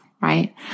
right